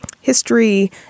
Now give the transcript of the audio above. history